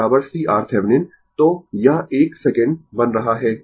तो यह 1 सेकंड बन रहा है